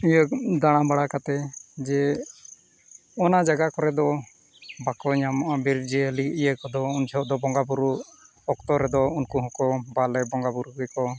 ᱤᱭᱟᱹ ᱫᱟᱬᱟ ᱵᱟᱬᱟ ᱠᱟᱛᱮᱫ ᱡᱮ ᱚᱱᱟ ᱡᱟᱭᱜᱟ ᱠᱚᱨᱮᱫ ᱫᱚ ᱵᱟᱠᱚ ᱧᱟᱢᱚᱜᱼᱟ ᱵᱤᱨ ᱡᱤᱭᱟᱹᱞᱤ ᱤᱭᱟᱹ ᱠᱚᱫᱚ ᱩᱱ ᱡᱚᱠᱷᱚᱱ ᱫᱚ ᱵᱚᱸᱜᱟᱼᱵᱩᱨᱩ ᱚᱠᱛᱚ ᱨᱮᱫᱚ ᱩᱱᱠᱩ ᱦᱚᱸᱠᱚ ᱵᱟᱞᱮ ᱵᱚᱸᱜᱟᱼᱵᱩᱨᱩ ᱨᱮᱠᱚ